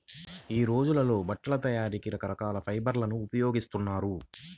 యీ రోజుల్లో బట్టల తయారీకి రకరకాల ఫైబర్లను ఉపయోగిస్తున్నారు